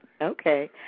Okay